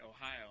Ohio